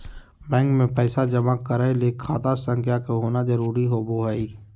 bank मे पैसा जमा करय ले खाता संख्या के होना जरुरी होबय हई